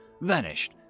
vanished